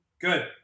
Good